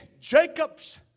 Jacob's